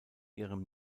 ihrem